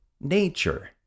nature